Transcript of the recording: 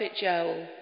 Joel